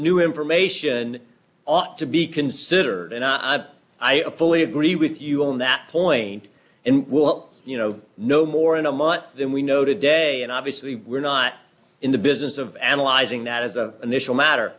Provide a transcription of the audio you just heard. new information ought to be considered and i i fully agree with you on that point and will you know no more in a month than we know today and obviously we're not in the business of analyzing that as a initial matter